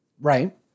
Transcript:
Right